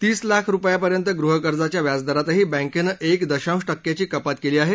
तीस लाख रुपयांपर्यंत गृहकर्जाच्या व्याजदरातही बँकेनं एक दशांश टक्क्याघी कपात केली आहे